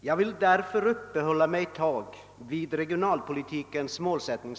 Jag vill därför uppehålla mig en liten stund vid regionalpolitikens målsättning.